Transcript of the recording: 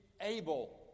able